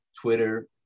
Twitter